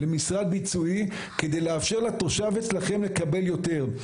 למשרד ביצועי כדי לאפשר לתושב אצלכם לקבל יותר.